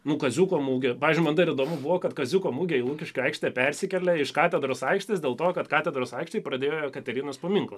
nu kaziuko mugė pavyzdžiui man dar įdomu buvo kad kaziuko mugė į lukiškių aikštę persikėlė iš katedros aikštės dėl to kad katedros aikštėj pradėjo jekaterinos paminklą statyt